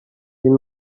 این